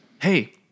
hey